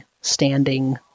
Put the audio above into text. standing